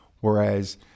whereas